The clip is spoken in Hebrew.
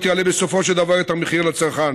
יעלה בסופו של דבר את המחיר לצרכן,